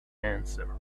answer